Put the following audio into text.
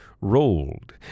rolled